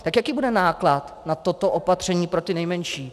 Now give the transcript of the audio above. Tak jaký bude náklad na toto opatření pro ty nejmenší?